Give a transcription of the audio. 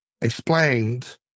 Explained